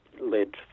led